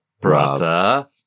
brother